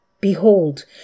Behold